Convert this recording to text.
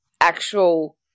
actual